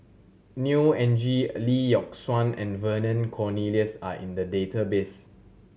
Neo Anngee Lee Yock Suan and Vernon Cornelius are in the database